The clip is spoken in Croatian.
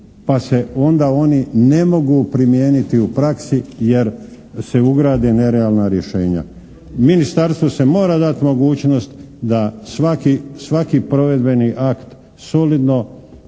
pa se onda oni ne mogu primijeniti u praksi jer se ugrade nerealna rješenja. Ministarstvu se mora dati mogućnost da svaki provedbeni akt solidno